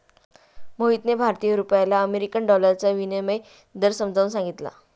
मोहितने भारतीय रुपयाला अमेरिकन डॉलरचा विनिमय दर समजावून सांगितला